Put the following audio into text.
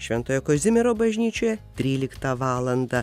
šventojo kazimiero bažnyčioje tryliktą valandą